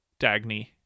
dagny